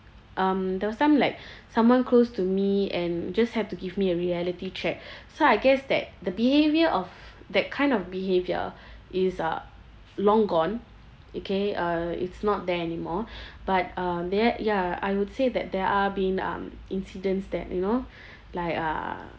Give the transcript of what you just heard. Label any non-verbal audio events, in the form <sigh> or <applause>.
um there was time like <breath> someone close to me and just have to give me a reality check <breath> so I guess that the behaviour of that kind of behaviour is uh long gone okay uh it's not there anymore <breath> but uh that ya I would say that there are been um incidents that you know <breath> like uh